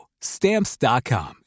Stamps.com